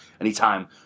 anytime